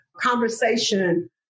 conversation